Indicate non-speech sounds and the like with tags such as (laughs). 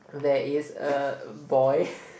there is a boy (laughs)